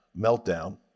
meltdown